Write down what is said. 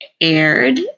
aired